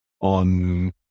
on